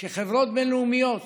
שחברות בין-לאומיות